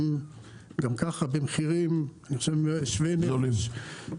הם גם ככה במחירים שווי נפש.